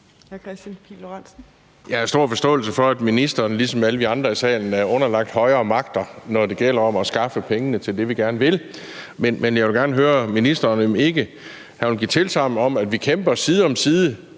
Jeg har stor forståelse for, at ministeren ligesom alle os andre i salen er underlagt højere magter, når det gælder om at skaffe pengene til det, vi gerne vil. Men jeg vil gerne høre ministeren, om ikke han vil give tilsagn om, at vi kæmper side om side